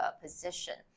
position 。